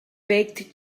baked